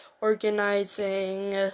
organizing